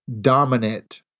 dominant